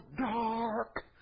dark